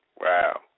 wow